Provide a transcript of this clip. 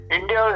India